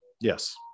yes